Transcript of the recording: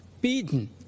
beaten